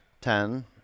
Ten